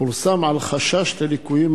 פורסם על חשש לליקויים,